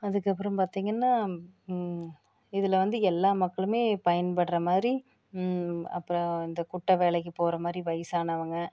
அதுக்கப்புறம் பார்த்திங்கன்னா இதில் வந்து எல்லா மக்களும் பயன்படுகிற மாதிரி அப்புறம் இந்த குட்டை வேலைக்கு போகிற மாதிரி வயிதானவங்க